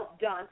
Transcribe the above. done